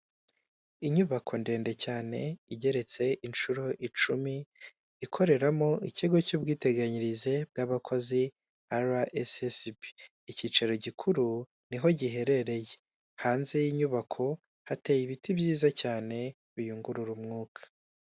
Inyubako ndende cyane, igeretse inshuro icumi, ikoreramo ikigo cy'ubwiteganyirize bw'abakozi RSSB icyicaro gikuru niho giherereye hanze y'inyubako hateye ibiti byiza cyane biyungurura umwuka.